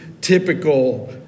typical